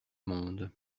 monde